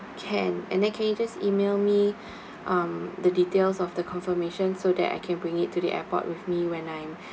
can and then can you just email me um the details of the confirmation so that I can bring it to the airport with me when I'm